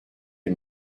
les